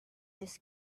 this